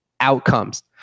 outcomes